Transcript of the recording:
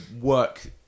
work